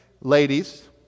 ladies